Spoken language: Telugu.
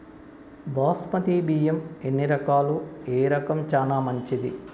బాస్మతి బియ్యం ఎన్ని రకాలు, ఏ రకం చానా మంచిది?